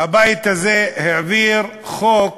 הבית הזה העביר חוק